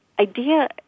idea